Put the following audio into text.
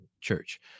church